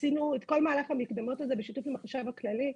עשינו את כל מהלך המקדמות הזה בשיתוף עם החשב הכללי,